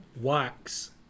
wax